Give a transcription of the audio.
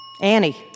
Annie